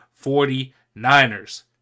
49ers